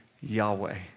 Yahweh